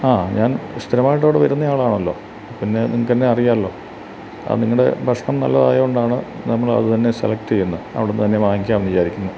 ആ ഞാൻ സ്ഥിരമായിട്ടവിടെ വരുന്നയാളാണല്ലൊ പിന്നെ നിങ്ങള്ക്കെന്നെ അറിയാമല്ലൊ കാന്നിങ്ങടെ ഭക്ഷണം നല്ലതായോണ്ടാണ് നമ്മളതുതന്നെ സെലക്റ്റ് ചെയ്യുന്നെ അവിടുന്നുതന്നെ വാങ്ങിക്കാമെന്ന് വിചാരിക്കുന്നെ